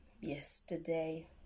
yesterday